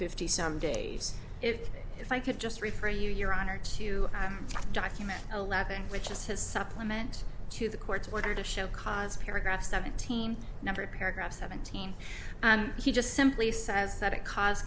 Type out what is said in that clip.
fifty some days if if i could just refer you your honor to document eleven which is his supplement to the court's order to show cause paragraph seventeen number of paragraph seventeen and he just simply says that it caused